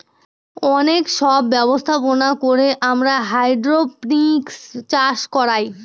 অনেক সব ব্যবস্থাপনা করে আমরা হাইড্রোপনিক্স চাষ করায়